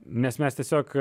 nes mes tiesiog